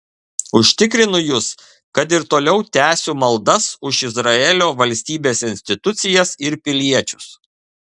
užtikrinu jus kad ir toliau tęsiu maldas už izraelio valstybės institucijas ir piliečius